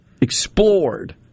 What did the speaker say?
explored